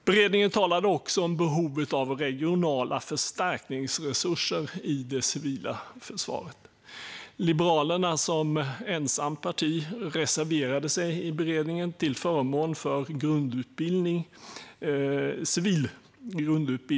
Beredningen talade också om behovet av regionala förstärkningsresurser i det civila försvaret. I beredningen reserverade sig Liberalerna som ensamt parti till förmån för civil grundutbildning med plikt.